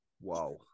Wow